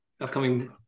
upcoming